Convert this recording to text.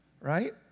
right